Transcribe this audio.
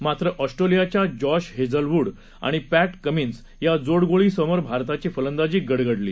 मात्रऑस्ट्रेलियाच्याजॉशहेजलवूडआणिपॅटकमीन्सयाजोडगोळीसमोरभारताचीफलंदाचीगडगडली